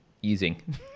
using